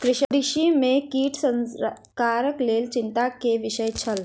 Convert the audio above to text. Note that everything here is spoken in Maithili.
कृषि में कीट सरकारक लेल चिंता के विषय छल